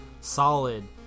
solid